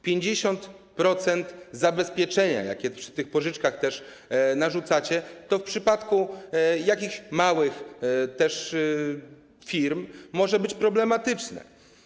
50% zabezpieczenia, jakie przy tych pożyczkach narzucacie, to w przypadku też jakichś małych firm może być problematyczne.